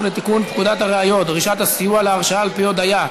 לתיקון פקודת הראיות (דרישת הסיוע להרשעה על-פי הודיה),